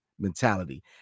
mentality